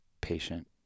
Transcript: patient